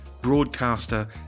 broadcaster